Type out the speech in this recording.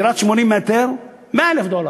דירת 80 מ"ר, 100,000 דולר.